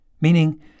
meaning